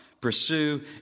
pursue